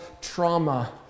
trauma